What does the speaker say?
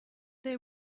they